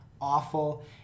awful